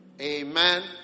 Amen